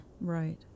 Right